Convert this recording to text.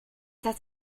das